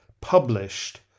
published